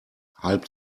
halb